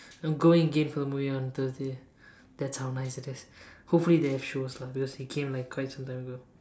I'm going again for the movie on Thursday that's how nice it is hopefully they have shows lah because it came quite some time ago